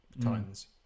Titans